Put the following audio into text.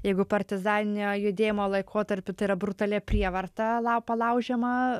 jeigu partizaninio judėjimo laikotarpiu tai yra brutalia prievarta lapą palaužiama